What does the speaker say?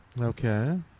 Okay